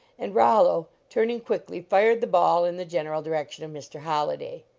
and rollo, turning quickly, fired the ball in the general direction of mr. holliday.